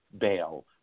bail